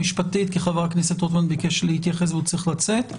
כי חבר הכנסת רוטמן ביקש להתייחס והוא צריך לצאת.